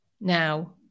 now